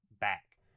back